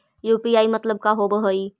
UPI मतलब का होब हइ?